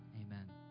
Amen